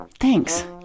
Thanks